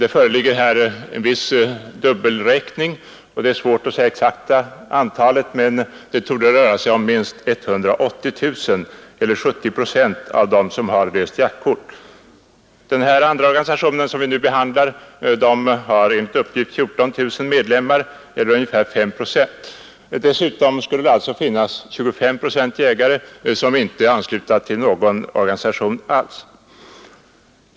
Det föreligger här en viss dubbelräkning, och det är svårt att ange det exakta antalet, men det torde röra sig om minst 180 000 eller 70 procent av dem som löst jaktkort. Den andra organisationen, som vi nu behandlar, har enligt uppgift 14 000 medlemmar eller ungefär 5 procent av jaktkortsinnehavarna. Dessutom skulle det alltså finnas 25 procent jägare som inte är anslutna till någon organisation.